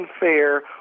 unfair